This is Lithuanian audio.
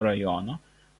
rajono